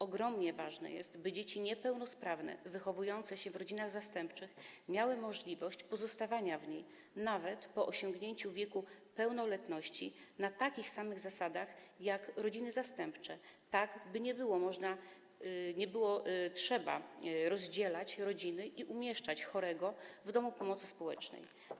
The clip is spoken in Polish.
Ogromnie ważne jest, by dzieci niepełnosprawne wychowujące się w rodzinach zastępczych miały możliwość pozostawania w nich nawet po osiągnięciu pełnoletności na takich samych zasadach jak rodziny zastępcze, by nie trzeba było rozdzielać rodzin i umieszczać chorego w domu pomocy społecznej.